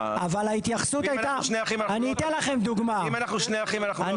אם אנחנו שני אחים אנחנו לא תא משפחתי אחד?